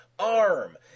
arm